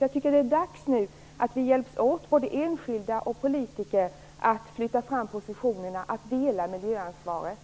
Jag tycker att det nu är dags att vi hjälps åt, både enskilda och politiker, för att flytta fram positionerna och dela miljöansvaret.